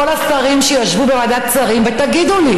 כל השרים שישבו בוועדת שרים, ותגידו לי: